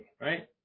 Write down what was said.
right